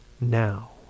now